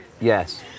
Yes